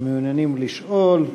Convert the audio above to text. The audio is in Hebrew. שמעוניינים לשאול.